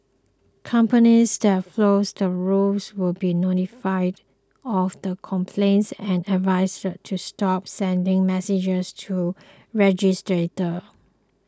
companies that flouts the rules will be notified of the complaints and advised to stop sending messages to registrants